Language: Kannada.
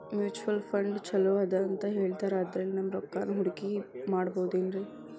ಮ್ಯೂಚುಯಲ್ ಫಂಡ್ ಛಲೋ ಅದಾ ಅಂತಾ ಹೇಳ್ತಾರ ಅದ್ರಲ್ಲಿ ನಮ್ ರೊಕ್ಕನಾ ಹೂಡಕಿ ಮಾಡಬೋದೇನ್ರಿ?